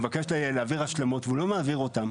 והוא מבקש להעביר השלמות והוא לא מעביר אותן,